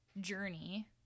journey